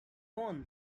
won